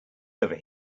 over